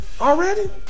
already